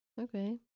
Okay